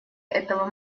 этого